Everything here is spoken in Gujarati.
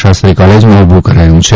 શાસ્ત્રી કોલેજમાં ઉભુ કરાયું છે